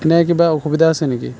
এনে কিবা অসুবিধা আছে নেকি